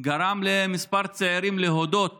גרם לכמה צעירים להודות